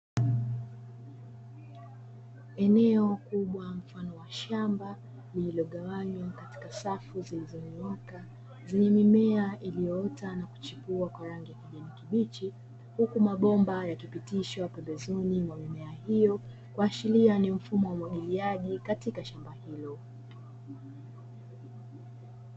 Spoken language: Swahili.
Eneo kubwa mfano wa shamba, lililogawanywa katika safu zilizonyooka; zenye mimea iliyoota na kuchipua kwa rangi ya kijani kibichi, huku mabomba yakipitishwa pembezoni mwa mimea hiyo; kuashiria ni mfumo wa umwagiliaji katika shamba hilo.